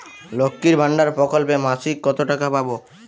লক্ষ্মীর ভান্ডার প্রকল্পে মাসিক কত টাকা পাব?